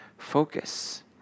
Focus